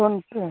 phone pay